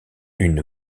une